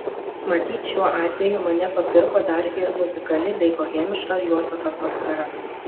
matyt šiuo atveju mane papirko dar ir muzikali bei bohemiška juostos atmosfera